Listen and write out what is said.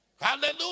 Hallelujah